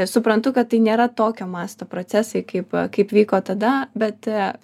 suprantu kad tai nėra tokio masto procesai kaip kaip vyko tada bet